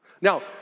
Now